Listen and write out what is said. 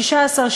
16,